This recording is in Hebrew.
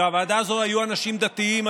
בוועדה הזאת היו אנשים דתיים,